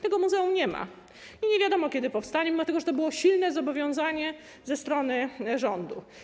Tego muzeum nie ma i nie wiadomo, kiedy powstanie, choć to było silne zobowiązanie ze strony rządu.